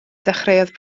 dechreuodd